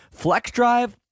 FlexDrive